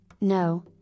No